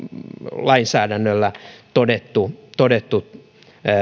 lainsäädännöllä todettu todettu